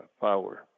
power